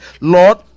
lord